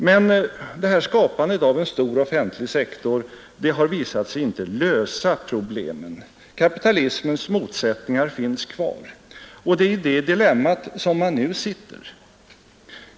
Men skapandet av en stor offentlig sektor har visat sig inte lösa problemen. Kapitalismens motsättningar finns kvar. Det är i det dilemmat man nu sitter.